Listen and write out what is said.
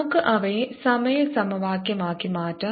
നമുക്ക് അവയെ സമയ സമവാക്യമാക്കി മാറ്റാം